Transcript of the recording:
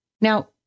Now